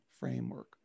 framework